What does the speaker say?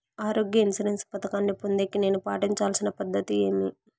ఆరోగ్య ఇన్సూరెన్సు పథకాన్ని పొందేకి నేను పాటించాల్సిన పద్ధతి ఏమి?